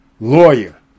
lawyer